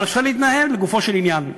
אבל אפשר להתנהל לגופו של עניין.